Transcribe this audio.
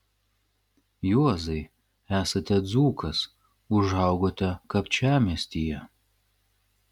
juozai esate dzūkas užaugote kapčiamiestyje